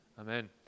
Amen